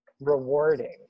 rewarding